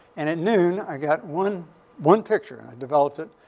and at noon, i got one one picture. i developed it.